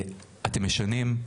אתם משנים,